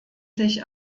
sich